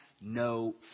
no